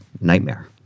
nightmare